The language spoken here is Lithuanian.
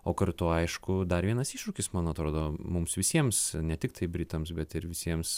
o kartu aišku dar vienas iššūkis man atrodo mums visiems ne tiktai britams bet ir visiems